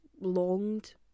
longed